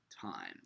time